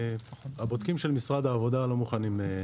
הבודקים של משרד העבודה לא מוכנים.